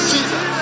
Jesus